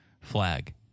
flag